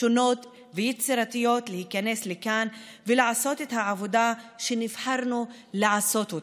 שונות ויצירתיות להיכנס לכאן ולעשות את העבודה שנבחרנו לעשות אותה,